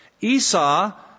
Esau